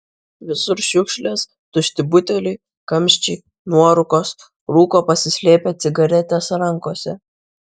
visur šiukšlės tušti buteliai kamščiai nuorūkos rūko pasislėpę cigaretes rankose